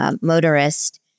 motorist